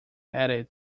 added